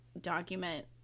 document